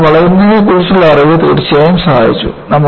അതിനാൽ വളയുന്നതിനെക്കുറിച്ചുള്ള അറിവ് തീർച്ചയായും സഹായിച്ചു